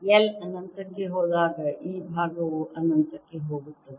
L ಅನಂತಕ್ಕೆ ಹೋದಾಗ ಈ ಭಾಗವು ಅನಂತಕ್ಕೆ ಹೋಗುತ್ತದೆ